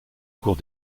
cours